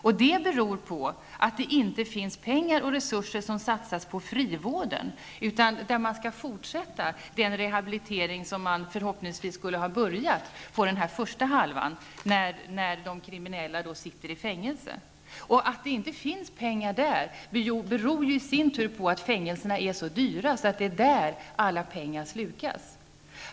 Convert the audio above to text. Det beror i sin tur på att det inte finns pengar och resurser att satsa på frivården, där man skall fortsätta den rehabilitering som man förhoppningsvis hade börjat under den första halvan av straffet, när de kriminella satt i fängelse. Att det inte finns pengar till detta beror på att fängelserna är så dyra att alla pengar slukas.